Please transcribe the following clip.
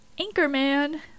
Anchorman